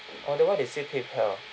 oh then why they say paypal